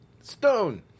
Stone